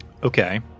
Okay